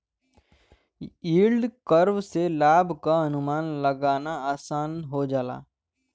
yield curve से लाभ क अनुमान लगाना आसान हो जाला